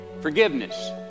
forgiveness